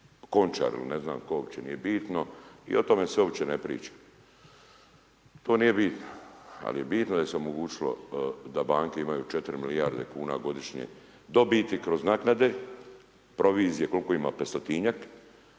Končaru ne znam tko uopće nije bitno i o tome se uopće ne priča. To nije bitno, ali je bitno da se omogućilo da banke imaju 4 milijarde kuna godišnje dobiti kroz naknade, provizije kolko ima 500-tinjak,